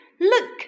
look